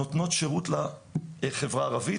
נותנות שירות לחברה הערבית.